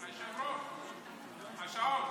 היושב-ראש, השעון.